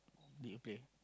did you play